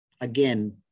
again